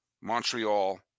Montreal